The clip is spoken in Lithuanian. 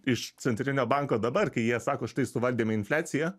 iš centrinio banko dabar kai jie sako štai suvaldėme infliaciją